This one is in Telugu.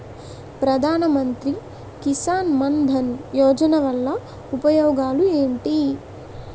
ప్రధాన మంత్రి కిసాన్ మన్ ధన్ యోజన వల్ల ఉపయోగాలు ఏంటి?